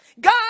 God